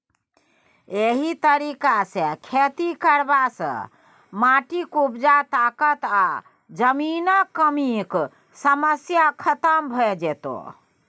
एहि तरीका सँ खेती करला सँ माटिक उपजा ताकत आ जमीनक कमीक समस्या खतम भ जेतै